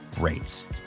rates